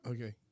Okay